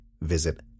visit